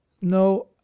no